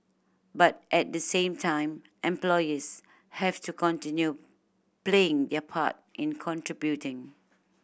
but at the same time employees have to continue playing their part in contributing